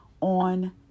on